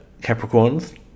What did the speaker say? Capricorns